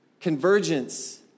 convergence